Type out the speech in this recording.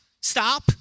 Stop